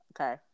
Okay